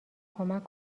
کمک